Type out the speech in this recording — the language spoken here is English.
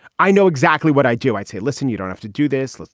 i know exactly what i do. i'd say, listen, you don't have to do this.